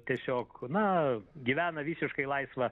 tiesiog na gyvena visiškai laisvą